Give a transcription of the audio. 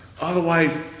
Otherwise